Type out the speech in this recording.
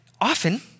often